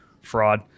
fraud